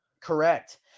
Correct